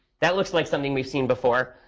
that looks like something we've seen before,